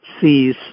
sees